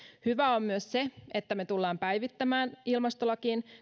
hyvä on myös se että me tulemme päivittämään ilmastolakiin